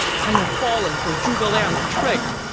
i've fallen for zhuge liang's trick!